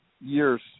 years